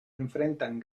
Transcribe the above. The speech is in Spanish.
enfrentan